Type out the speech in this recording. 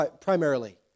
primarily